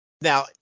Now